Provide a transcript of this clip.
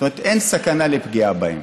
זאת אומרת, אין סכנה לפגיעה בהם.